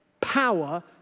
Power